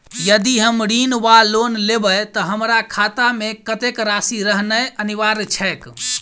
यदि हम ऋण वा लोन लेबै तऽ हमरा खाता मे कत्तेक राशि रहनैय अनिवार्य छैक?